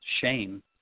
shame